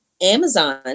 Amazon